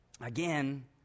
Again